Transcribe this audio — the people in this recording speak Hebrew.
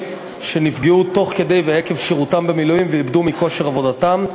שנפגעו תוך כדי ועקב שירותם במילואים ואיבדו מכושר עבודתם,